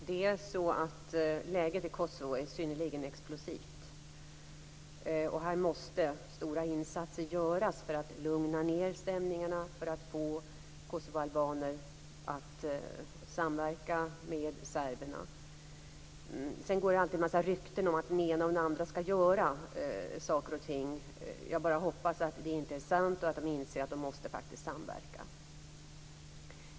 Herr talman! Läget i Kosovo är synnerligen explosivt. Stora insatser måste göras för att lugna ned stämningarna och få kosovoalbaner att samverka med serberna. Det går alltid en massa rykten om att den ena och den andra skall göra saker och ting. Jag hoppas att det inte är sant och att de inser att de faktiskt måste samverka.